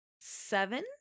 seven